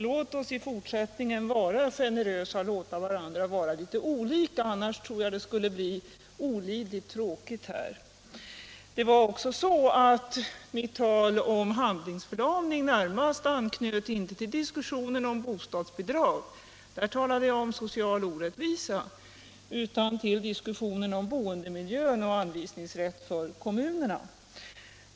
Låt oss i fortsättningen vara generösa och tillåta varandra vara litet olika, för annars tror jag att det skulle bli olidligt tråkigt här. Mitt tal om handlingsförlamning anknöt inte närmast till diskussionen om bostadsbidragen — på den punkten talade jag om social orättvisa — utan till diskussionen om boendemiljön och anvisningsrätt för kommunerna.